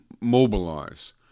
mobilize